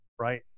right